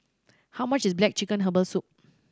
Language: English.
how much is black chicken herbal soup